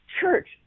church